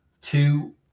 two